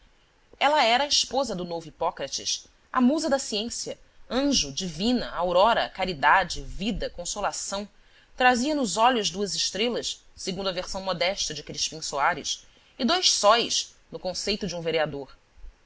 ela era a esposa do novo hipócrates a musa da ciência anjo divina aurora caridade vida consolação trazia nos olhos duas estrelas segundo a versão modesta de crispim soares e dois sóis no conceito de um vereador